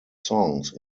songs